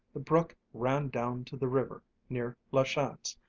the brook ran down to the river near la chance,